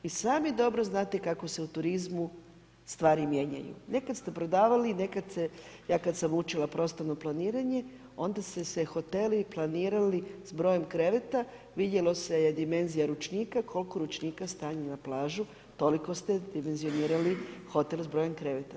Vi sami dobro znate kako se u turizmu stvari mijenjaju, nekad ste prodavali, ja kad sam učila prostorno planiranje, onda su se hoteli planirali s brojem kreveta, vidjelo se je dimenzija ručnika, koliko ručnika stanje na plažu, toliko ste dimenzionirali hotel s brojem kreveta.